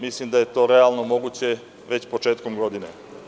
Mislim da je realno moguće već početkom godine.